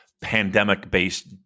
pandemic-based